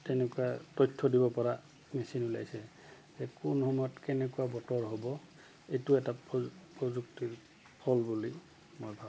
তেনেকুৱা তথ্য দিব পৰা মেচিন ওলাইছে যে কোন সময়ত কেনেকুৱা বতৰ হ'ব এইটো এটা প্ৰ প্ৰযুক্তিৰ ফল বুলি মই ভাবোঁ